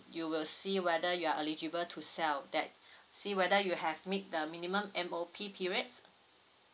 you will see whether you are eligible to sell that see whether you have meet the minimum M_O_P periods